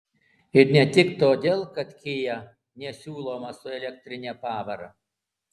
ir ne tik todėl kad kia nesiūlomas su elektrine pavara